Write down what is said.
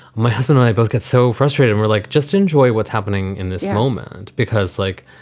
my husband and i both get so frustrated. we're like, just enjoy what's happening in this moment because, like,